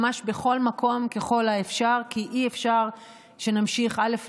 ממש בכל מקום ככל האפשר, כי אי-אפשר שנמשיך, א.